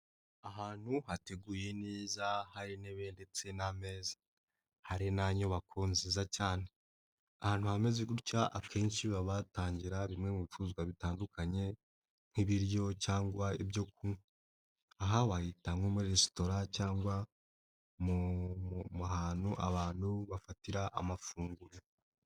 Ahantu hateguye neza hari intebe ndetse n'ameza, hari na nyubako nziza cyane. Ahantu hameze gutya, akenshi babatangira bimwe mu bicuruzwa bitandukanye nk'ibiryo, cyangwa ibyo kunywa. Aha wahita nko muri resitora cyangwa hantu abantu bafatira amafunguro.